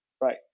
right